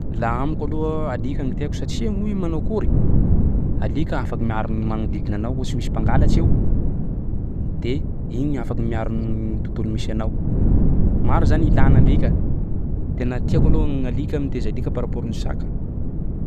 Laha amiko aloa alika no tiako satsia moa io manao akôry? Alika afaka miaro ny magnodidina anao ohatsy misy mpangalatsy eo de igny afaky miaro gn'tontolo misy anao, maro zany ilana alika. Tena tiako aloha gn'alika mitaiza alika par rapport ny saka.